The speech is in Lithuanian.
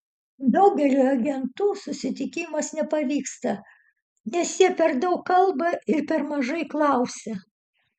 daugeliui agentų susitikimas nepavyksta nes jie per daug kalba ir per mažai klausia